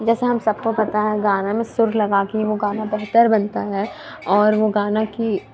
جیسے ہم سب کو پتہ ہے گانے میں سُر لگا کے ہی وہ گانا بہتر بنتا ہے اور وہ گانا کی